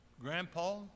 Grandpa